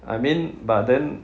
I mean but then